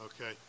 okay